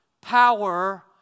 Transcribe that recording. power